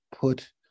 put